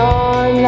on